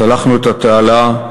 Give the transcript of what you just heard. צלחנו את התעלה,